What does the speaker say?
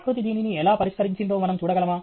ప్రకృతి దీనిని ఎలా పరిష్కరించిందో మనం చూడగలమా